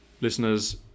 listeners